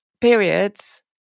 periods